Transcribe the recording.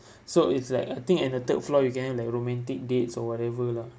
so it's like I think at the third floor you can have like romantic dates or whatever lah